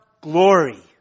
glory